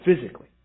physically